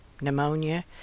pneumonia